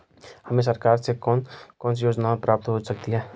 हमें सरकार से कौन कौनसी योजनाएँ प्राप्त हो सकती हैं?